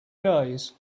days